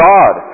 God